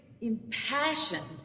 impassioned